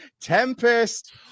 Tempest